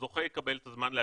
הזוכה יקבל זמן להקים.